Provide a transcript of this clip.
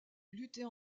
lutter